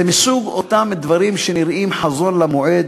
זה מסוג הדברים שנראים חזון למועד,